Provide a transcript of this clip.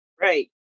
Right